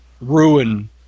ruin